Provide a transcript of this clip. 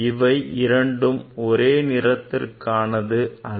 இவை இரண்டும் ஒரே நிறத்திற்கானது அல்ல